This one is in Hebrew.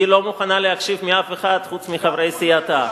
היא לא מוכנה להקשיב לאף אחד חוץ מחברי סיעתה.